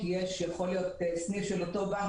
כי היה יכול להיות סניף של אותו בנק